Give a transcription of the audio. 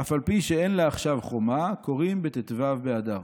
אע"פ שאין לה עכשיו חומה קורין בט"ו באדר,